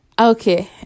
okay